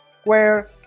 Square